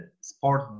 sport